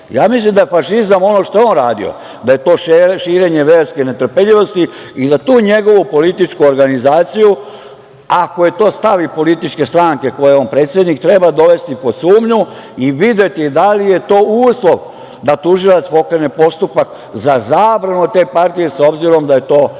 Ja mislim da je fašizam ono što je on radio, da je to širenje verske netrpeljivosti i da tu njegovu političku organizaciju, ako je to stav i političke stranke kojoj je on predsednik, treba dovesti pod sumnju i videti da li je to uslov da tužilac pokrene postupak za zabranu te partije s obzirom da je to